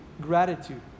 gratitude